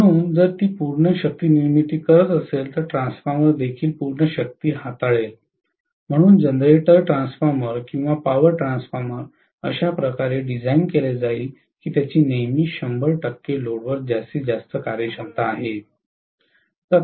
म्हणूनच जर ती पूर्ण शक्तीनिर्मिती करत असेल तर ट्रान्सफॉर्मर देखील पूर्ण शक्ती हाताळेल म्हणून जनरेटर ट्रान्सफॉर्मर किंवा पॉवर ट्रान्सफॉर्मर अशा प्रकारे डिझाइन केले जाईल की त्याची नेहमीच 100 लोडवर जास्तीत जास्त कार्यक्षमता असेल